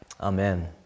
amen